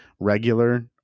regular